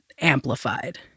amplified